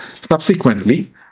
Subsequently